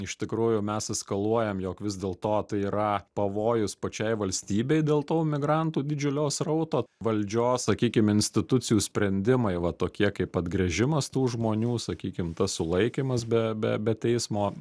iš tikrųjų mes eskaluojam jog vis dėlto tai yra pavojus pačiai valstybei dėl to migrantų didžiulio srauto valdžios sakykim institucijų sprendimai va tokie kaip atgręžimas tų žmonių sakykim tas sulaikymas be be be teismo